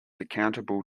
accountable